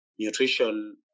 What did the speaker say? nutrition